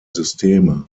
systeme